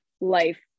life